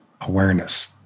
awareness